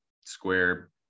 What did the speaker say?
square